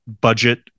budget